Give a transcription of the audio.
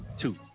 two